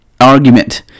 argument